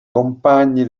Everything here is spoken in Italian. compagni